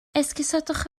esgusodwch